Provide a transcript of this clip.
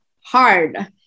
hard